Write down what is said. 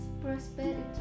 prosperity